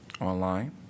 Online